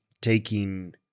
taking